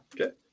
Okay